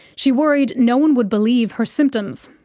she worried no one would believe her symptoms.